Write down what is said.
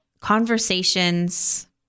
conversations